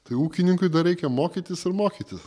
tai ūkininkui dar reikia mokytis ir mokytis